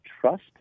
trust